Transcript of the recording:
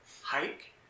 hike